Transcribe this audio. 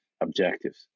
objectives